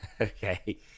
Okay